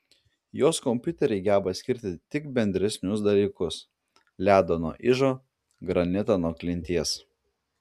jos kompiuteriai geba skirti tik bendresnius dalykus ledą nuo ižo granitą nuo klinties